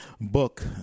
book